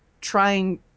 trying